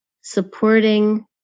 supporting